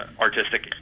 artistic